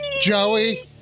Joey